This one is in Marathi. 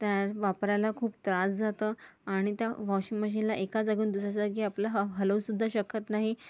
त्या वापरायला खूप त्रास जातं आणि त्या वॉशिंग मशीनला एका जागेवरून दुसऱ्या जागी आपलं ह हलवूसुद्धा शकत नाही